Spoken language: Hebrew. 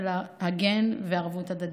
להגן וערבות הדדית.